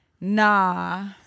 Nah